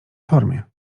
formie